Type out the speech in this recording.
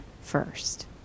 first